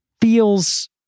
feels